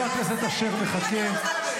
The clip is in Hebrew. שרה במדינת ישראל מדברת.